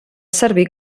servir